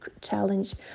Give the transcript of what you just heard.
challenge